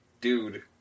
dude